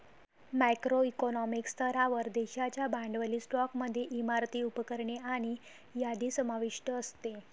macro economic स्तरावर, देशाच्या भांडवली स्टॉकमध्ये इमारती, उपकरणे आणि यादी समाविष्ट असते